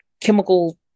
chemical